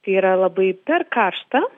kai yra labai per karšta